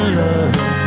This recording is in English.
love